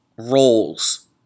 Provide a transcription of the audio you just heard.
roles